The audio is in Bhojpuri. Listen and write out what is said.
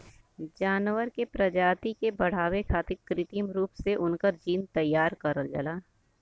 जानवर के प्रजाति के बढ़ावे खारित कृत्रिम रूप से उनकर जीन तैयार करल जाला